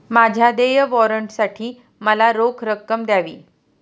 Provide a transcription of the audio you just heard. माझ्या देय वॉरंटसाठी मला रोख रक्कम द्यावी